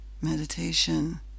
meditation